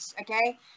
Okay